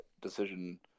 decision